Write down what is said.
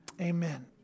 Amen